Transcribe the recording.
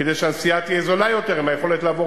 כדי שהנסיעה תהיה זולה יותר עם היכולת לעבור